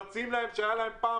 מוציאים להם שפעם